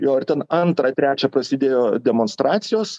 jo ir ten antrą trečią prasidėjo demonstracijos